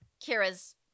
Kira's